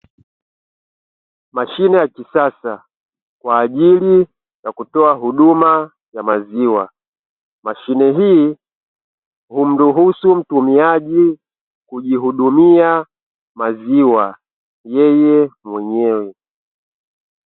Mashine ya kisasa kwa ajili ya kutoa huduma ya maziwa, mashine hii humruhusu mtumiaji kujihudumia maziwa yeye mwenyewe.